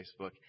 Facebook